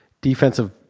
Defensive